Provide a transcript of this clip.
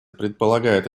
предполагает